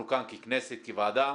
אנחנו כאן ככנסת, כוועדה,